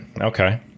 Okay